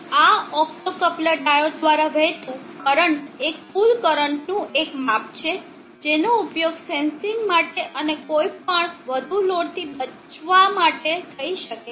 તેથી આ optocoupler diode દ્વારા વહેતું કરંટ એ કુલ કરંટનું એક માપ છે જેનો ઉપયોગ સેન્સીંગ માટે અને કોઈપણ વધુ લોડથી બચાવવા માટે થઈ શકે છે